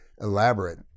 elaborate